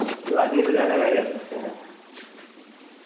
दो आदमी से ज़्यादा नहीं रह सकते हैं